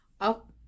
up